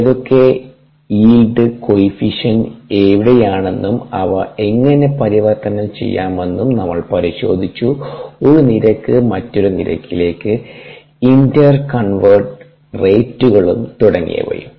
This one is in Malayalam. ഏതൊക്കെ യീൽഡ് കോയഫിഷ്യന്റ് എവിടെയാണെന്നും അവ എങ്ങനെ പരിവർത്തനം ചെയ്യാമെന്നും നമ്മൾ പരിശോധിച്ചു ഒരു നിരക്ക് മറ്റൊരു നിരക്കിലേക്ക് ഇന്റർ കൺവേർട്ട് റേറ്റുകൾ തുടങ്ങിയവയും